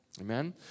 Amen